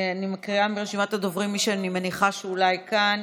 אני מקריאה מרשימת הדוברים מי שאני מניחה שאולי כאן: